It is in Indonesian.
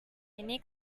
ini